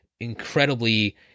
incredibly